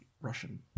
Russian